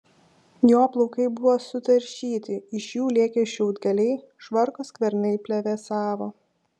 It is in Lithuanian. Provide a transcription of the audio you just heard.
jo plaukai buvo sutaršyti iš jų lėkė šiaudgaliai švarko skvernai plevėsavo